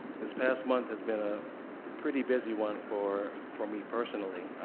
this past month has been a pretty busy one for for me, personally.